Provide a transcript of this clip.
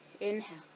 Inhale